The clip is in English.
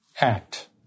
act